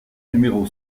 numéro